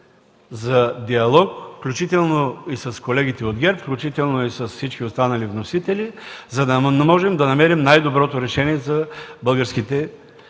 за диалог, включително с колегите от ГЕРБ, включително с всички останали вносители, за да можем да намерим най-доброто решение за българските